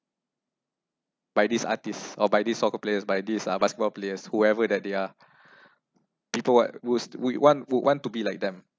by this artist or by this soccer players by this uh basketball players whoever that they are people what would will want would want to be like them